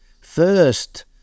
First